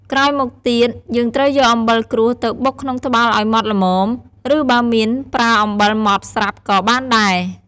ក្រោយមកទៀត យើងត្រូវយកអំបិលក្រួសទៅបុកក្នុងត្បាល់ឱ្យម៉ដ្ឋល្មម ឬ បើមាន ប្រើអំបិលម៉ដ្តស្រាប់ក៏បានដែរ។